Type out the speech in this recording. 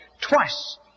Twice